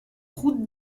route